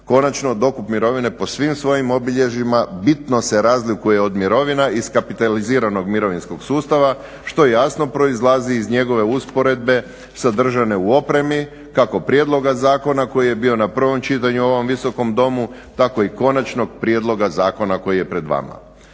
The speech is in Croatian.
Konačno, dokup mirovine po svim svojim obilježjima bitno se razlikuje od mirovina iz kapitaliziranog mirovinskog sustava što jasno proizlazi iz njegove usporedbe sadržane u opremi kako prijedloga zakona koji je bio na prvom čitanju u ovom Visokom domu, tako i konačnog prijedloga zakona koji je pred vama.